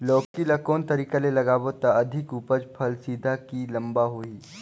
लौकी ल कौन तरीका ले लगाबो त अधिक उपज फल सीधा की लम्बा होही?